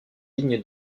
ligne